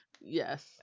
Yes